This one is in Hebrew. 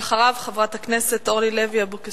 בבקשה, אחריו, חברת הכנסת אורלי לוי-אבקסיס